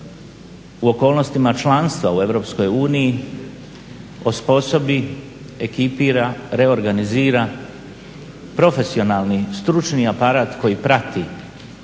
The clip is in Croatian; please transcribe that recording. u okolnostima članstva u EU osposobi, ekipira, reorganizira, profesionalni, stručni aparat koji prati